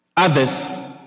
others